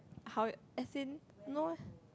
how as in no eh